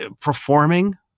performing